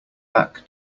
back